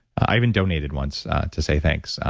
i even donated once to say thanks.